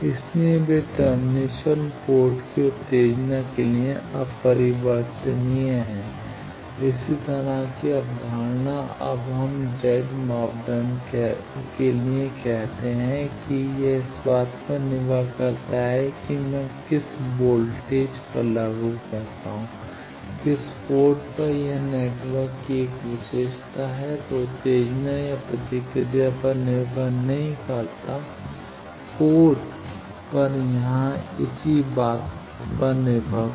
इसलिए वे termination port की उत्तेजना के लिए अपरिवर्तनीय हैं इसी तरह की अवधारणा जब हम Z मापदंड कहते हैं कि यह इस बात पर निर्भर नहीं करता है कि मैं किस वोल्टेज पर लागू करता हूं किस पोर्ट पर यह नेटवर्क की एक विशेषता है जो उत्तेजना या प्रतिक्रिया पर निर्भर नहीं करता है पोर्ट पर यहाँ इसी तरह की बात है